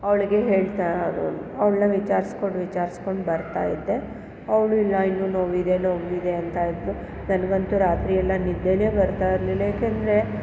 ಅವಳಿಗೆ ಹೇಳ್ತಾ ಅವಳನ್ನ ವಿಚಾರ್ಸ್ಕೊಂಡು ವಿಚಾರ್ಸ್ಕೊಂಡು ಬರ್ತಾಯಿದ್ದೆ ಅವಳು ಇಲ್ಲ ಇನ್ನೂ ನೋವಿದೆ ನೋವಿದೆ ಅಂತ ಇದ್ದಳು ನನ್ಗಂತೂ ರಾತ್ರಿಯೆಲ್ಲ ನಿದ್ದೆನೇ ಬರ್ತಾಯಿರ್ಲಿಲ್ಲ ಯಾಕೆಂದರೆ